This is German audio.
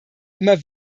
immer